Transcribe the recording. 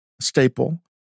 staple